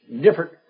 different